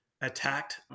attacked